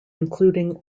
including